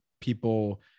people